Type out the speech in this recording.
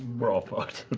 we're all fucked.